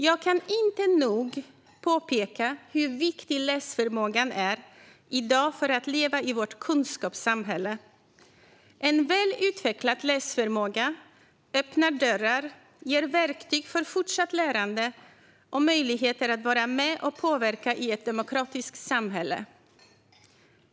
Jag kan inte nog påpeka hur viktig läsförmågan är i dag för att leva i vårt kunskapssamhälle. En välutvecklad läsförmåga öppnar dörrar och ger verktyg för fortsatt lärande och möjligheter att vara med och påverka i ett demokratiskt samhälle.